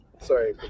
Sorry